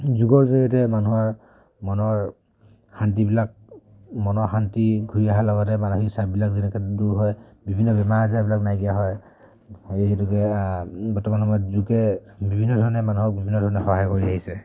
যোগৰ জৰিয়তে মানুহৰ মনৰ শান্তিবিলাক মনৰ শান্তি ঘূৰি অহাৰ লগতে মানসিক চাববিলাক যেনেকৈ দূৰ হয় বিভিন্ন বেমাৰ আজাৰবিলাক নাইকিয়া হয় সেই হেতুকে বৰ্তমান সময়ত যোগে বিভিন্ন ধৰণে মানুহক বিভিন্ন ধৰণে সহায় কৰি আহিছে